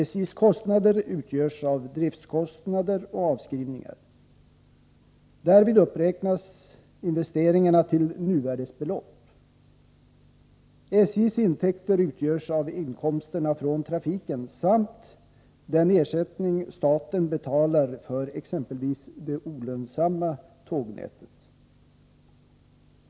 SJ:s kostnader utgörs av driftkostnader och avskrivningar. Därvid uppräknas investeringarna till nuvärdesbelopp. SJ:s intäkter utgörs av inkomsterna från trafiken samt den ersättning staten betalar för exempelvis det olönsamma tågnätet.